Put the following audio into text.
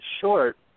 short